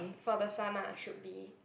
for the son ah should be